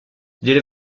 élève